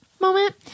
moment